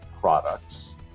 products